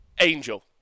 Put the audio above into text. Angel